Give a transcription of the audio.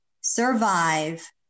survive